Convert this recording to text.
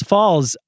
Falls